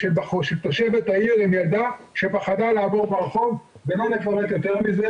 תושבת העיר עם ילדה שפחדה לעבור ברחוב ולא נפרט יותר מזה.